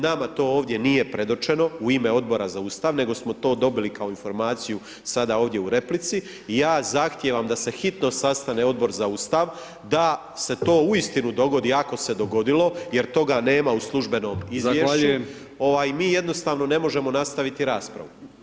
Nama to ovdje nije predočeno u ime Odbora za Ustav, nego smo to dobili kao informaciju sada ovdje u replici i ja zahtijevam da se hitno sastane Odbor za Ustav da se to uistinu dogodi, ako se dogodilo, jer toga nema u službenom izvješću [[Upadica: Zahvaljujem.]] ovaj, mi jednostavno ne možemo nastaviti raspravu.